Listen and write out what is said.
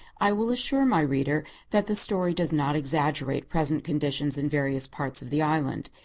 i will assure my reader that the story does not exaggerate present conditions in various parts of the island.